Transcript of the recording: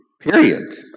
period